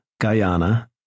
Guyana